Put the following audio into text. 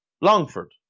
Longford